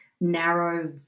narrow